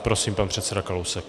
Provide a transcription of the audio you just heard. Prosím, pan předseda Kalousek.